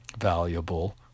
valuable